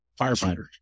firefighters